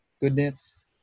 goodness